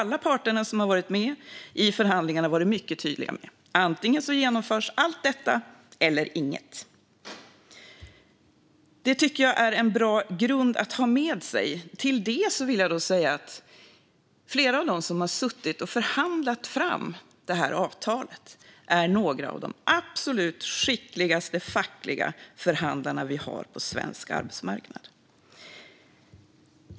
Alla parter som har varit med i förhandlingarna har varit mycket tydliga med att antingen genomförs allt detta eller inget. Det tycker jag är en bra grund att ha med sig. Till det vill jag säga att flera av dem som har suttit och förhandlat fram avtalet är några av de absolut skickligaste fackliga förhandlarna vi har på svensk arbetsmarknad.